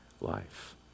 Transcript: life